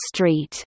Street